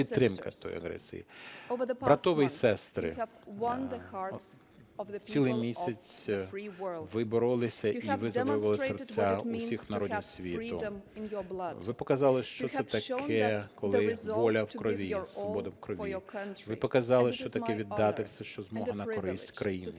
власне, підтримка тої агресії. Брати і сестри, цілий місяць ви боролися, і ви завоювали серця усіх народів світу. Ви показали, що це таке, коли воля в крові, свобода в крові. Ви показали, що таке віддати все, що змога, на користь країни,